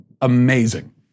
amazing